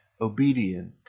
obedient